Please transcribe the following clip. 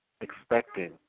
expecting